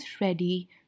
ready